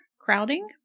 crowding